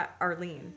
Arlene